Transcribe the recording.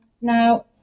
now